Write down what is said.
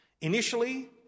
initially